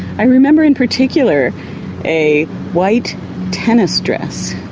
i remember in particular a white tennis stress.